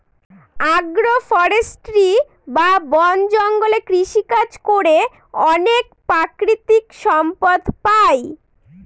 আগ্র ফরেষ্ট্রী বা বন জঙ্গলে কৃষিকাজ করে অনেক প্রাকৃতিক সম্পদ পাই